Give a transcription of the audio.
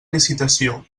licitació